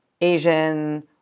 Asian